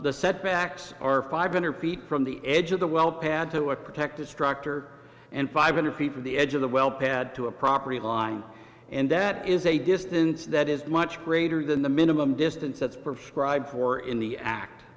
the setbacks are five hundred feet from the edge of the well pad to a protected structure and five hundred feet from the edge of the well pad to a property line and that is a distance that is much greater than the minimum distance that's prescribe for in the act